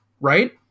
right